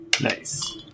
Nice